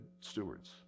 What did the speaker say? stewards